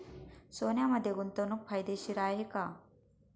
सोन्यामध्ये गुंतवणूक फायदेशीर आहे का?